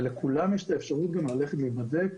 לכולם יש גם את האפשרות ללכת להיבדק